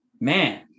man